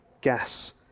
gas